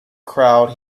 crowd